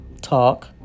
talk